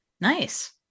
Nice